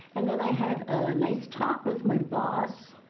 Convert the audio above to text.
and then i had a nice talk with my boss